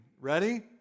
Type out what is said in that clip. Ready